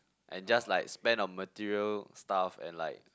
and just like spend on material stuff and like